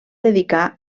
dedicar